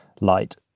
light